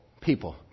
people